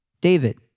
David